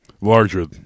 Larger